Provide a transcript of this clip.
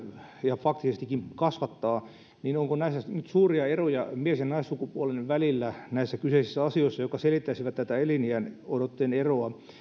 ja faktisestikin kasvattaa niin onko nyt suuria eroja mies ja naissukupuolen välillä näissä kyseisissä asioissa jotka selittäisivät tätä eliniänodotteen eroa